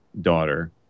daughter